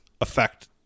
affect